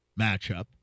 matchup